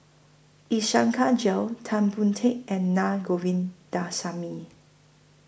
Iskandar Jalil Tan Boon Teik and Na Govindasamy